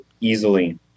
easily